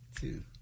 two